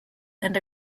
and